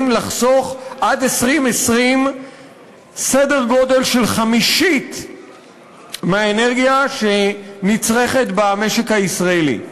לחסוך עד 2020 סדר גודל של חמישית מהאנרגיה שנצרכת במשק הישראלי,